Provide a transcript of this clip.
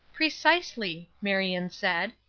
precisely! marion said.